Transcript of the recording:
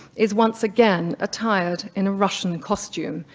is once again attired in a russian costume.